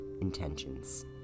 intentions